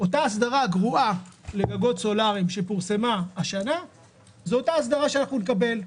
ההסדרה גרועה לגגות סולריים שפורסמה השנה היא אותה הסדרה שאנחנו נקבל.